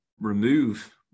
remove